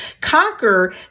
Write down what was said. conquer